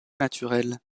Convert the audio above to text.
naturelle